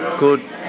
Good